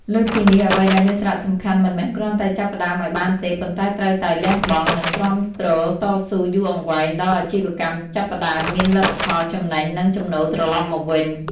លើសពីនេះ អ្វីដែលមានសារសំខាន់មិនមែនគ្រាន់តែចាប់ផ្តើមឲ្យបានទេ ប៉ុន្តែត្រូវតែលះបង់ និងទ្រាំទ្រតស៊ូយូរអង្វែងដល់អាជីវកម្មចាប់ផ្តើមមានលទ្ធផល ចំណេញ និងចំណូលត្រឡប់មកវិញ។